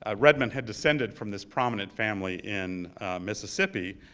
ah redmond had descended from this prominent family in mississippi,